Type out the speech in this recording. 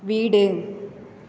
வீடு